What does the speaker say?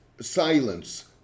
silence